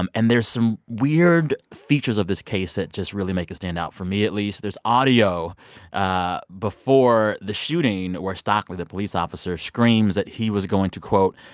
um and there's some weird features of this case that just really make it stand out for me, at least. there's audio ah before the shooting where stockley the police officer screams that he was going to, quote,